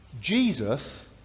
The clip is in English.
Jesus